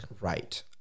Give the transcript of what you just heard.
Right